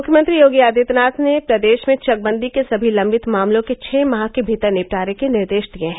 मुख्यमंत्री योगी आदित्यनाथ ने प्रदेश में चकबंदी के सभी लंबित मामलों के छह माह के भीतर निपटारे के निर्देश दिए हैं